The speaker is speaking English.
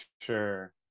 Sure